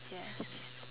yes